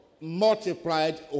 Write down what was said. Multiplied